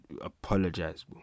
apologize